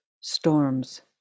storms